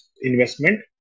investment